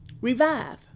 revive